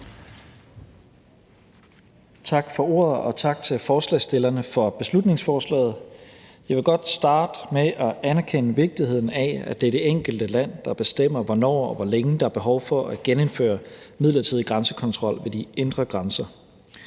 Tak for ordet, og tak til forslagsstillerne for beslutningsforslaget. Jeg vil godt starte med at anerkende vigtigheden af, at det er det enkelte land, der bestemmer, hvornår og hvor længe der er behov for at genindføre midlertidig grænsekontrol ved de indre grænser.